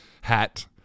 Hat